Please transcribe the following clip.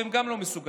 והם גם לא מסוגלים.